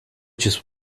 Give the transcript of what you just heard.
just